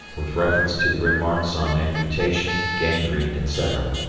with reference to the remarks on amputation, gangrene, etc,